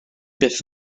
byth